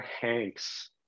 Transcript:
Hanks